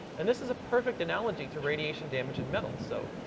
and this is a perfect analogy to radiation damage in metal. so,